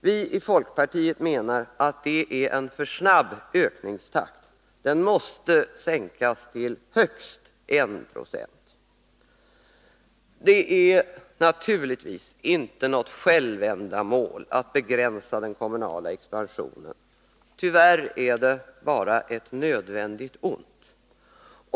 Vi i folkpartiet menar att det är en för snabb ökningstakt, den måste sänkas till högst 1 96. Det är naturligtvis inte något självändamål att begränsa den kommunala expansionen, men tyvärr är det ett nödvändigt ont.